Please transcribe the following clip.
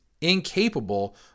incapable